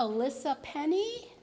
alyssa penny